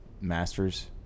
Masters